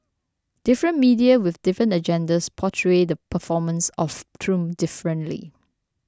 different media with different agendas portray the performance of Trump differently